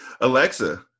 Alexa